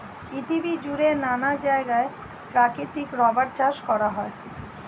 পৃথিবী জুড়ে নানা জায়গায় প্রাকৃতিক রাবার চাষ করা হয়